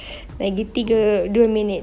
lagi tiga dua minute